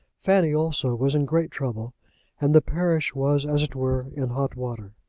fanny also was in great trouble and the parish was, as it were, in hot water.